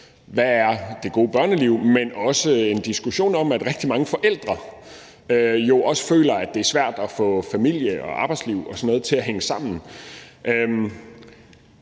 hvad der er det gode børneliv, men også rejser en diskussion om det, som rigtig mange forældre jo også føler, nemlig at det er svært at få familie og arbejdsliv og sådan noget til at hænge sammen.